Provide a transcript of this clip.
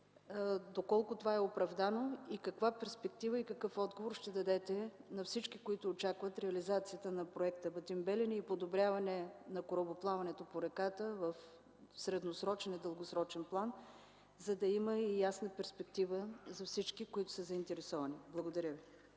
Доколко това е оправдано, каква перспектива и какъв отговор ще дадете на всички, които очакват реализацията на проекта „Батим–Белене” и подобряване на корабоплаването по реката в средносрочен и дългосрочен план, за да има и ясна перспектива за всички, които са заинтересовани? Благодаря Ви.